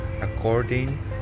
according